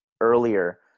earlier